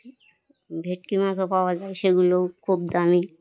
ভেটকি মাছও পাওয়া যায় সেগুলোও খুব দামি